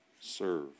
Serve